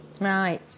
Right